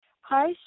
Hi